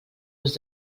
les